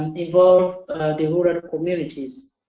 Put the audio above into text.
and involve the rural communities.